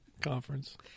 Conference